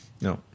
No